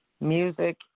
Music